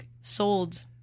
sold